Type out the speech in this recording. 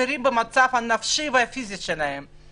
מדרדר ומדינת ישראל תצטרך בסוף בסוף בסוף לממן את הטיפול בהם.